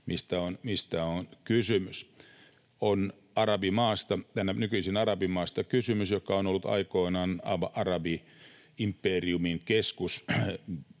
mistä on kysymys. On kysymys nykyisin arabimaasta, joka on ollut aikoinaan arabi-imperiumin keskus,